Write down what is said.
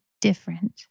different